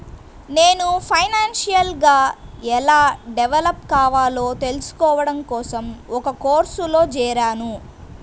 నేను ఫైనాన్షియల్ గా ఎలా డెవలప్ కావాలో తెల్సుకోడం కోసం ఒక కోర్సులో జేరాను